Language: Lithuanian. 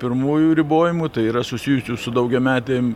pirmųjų ribojimų tai yra susijusių su daugiametėm